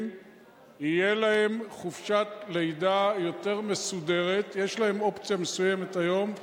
(תיקון, חופשת לידה לאב), של חבר הכנסת אורי